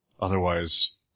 otherwise